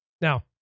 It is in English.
Now